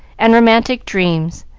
and romantic dreams,